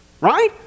right